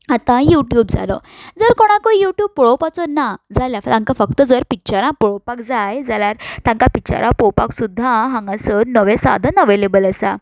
आतां युट्यूब जालो जर कोणाकाय युट्यूब पळोवपाचो ना जाल्यार तांकां फक्त पिच्चरां पळोवपाक जाय जाल्यार तांकां पिच्चरां पळोवपाक नवें साधन एवेलेबल आसा